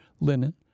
linen